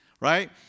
right